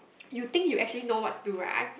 you think you actually know what to write